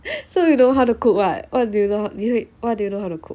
so you know how to cook what what do you know 你会 what do you know how to cook